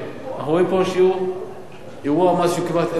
אנחנו רואים פה אירוע מס שהוא כמעט אפס מס,